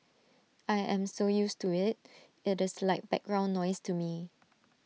I am so used to IT it is like background noise to me